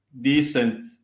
decent